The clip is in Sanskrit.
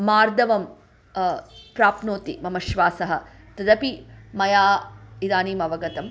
मार्दवं प्राप्नोति मम श्वासः तदपि मया इदानीमवगतम्